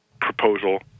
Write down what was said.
proposal